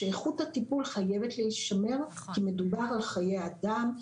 שאיכות הטיפול חייבת להישמר כי מדובר על חיי אדם,